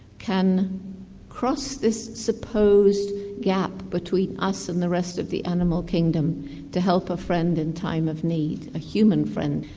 can cross this supposed gap between us and the rest of the animal kingdom to help a friend in time of need, a human friend,